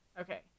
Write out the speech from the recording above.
Okay